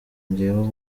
jyewe